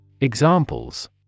Examples